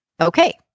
Okay